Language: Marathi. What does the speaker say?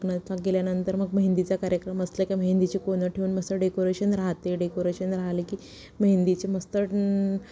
लग्नात गेल्यानंतर मग मेहंदीचा कार्यक्रम असला का मेहंदीची कोनं ठेवून मस्त डेकोरेशन राहते डेकोेशन राहले की मेहंदीचे मस्त